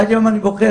עד היום אני בוכה,